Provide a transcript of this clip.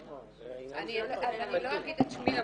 אני לא אגיד את שמי,